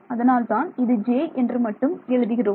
அதனால்தான் இது j என்று மட்டும் எழுதுகிறோம்